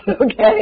Okay